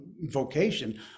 vocation